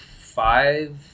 five